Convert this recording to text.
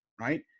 right